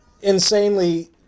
insanely